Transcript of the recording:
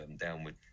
downward